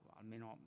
almeno